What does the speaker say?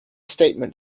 statement